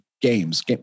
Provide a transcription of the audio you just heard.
games